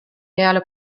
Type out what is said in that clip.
peale